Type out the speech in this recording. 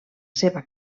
seva